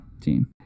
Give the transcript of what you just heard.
team